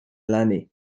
eleni